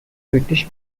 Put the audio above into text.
british